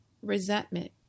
Resentment